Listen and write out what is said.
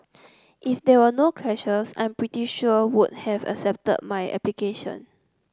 if there were no clashes I'm pretty sure would have accepted my application